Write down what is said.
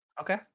Okay